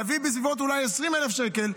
נביא בסביבות 20,000 שקל,